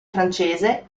francese